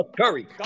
Curry